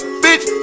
bitch